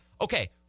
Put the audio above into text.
okay